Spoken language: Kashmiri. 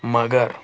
مگر